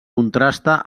contrasta